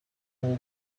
more